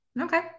okay